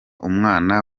umwana